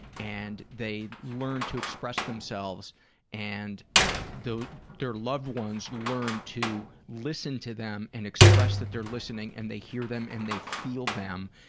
and they learn to express themselves and their loved ones learn to listen to them and express that they're listening and they hear them and they feel them,